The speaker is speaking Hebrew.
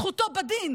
זכותו בדין